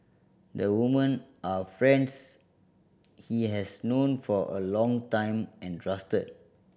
the women are friends he has known for a long time and trusted